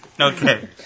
Okay